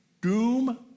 doom